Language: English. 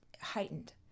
heightened